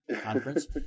conference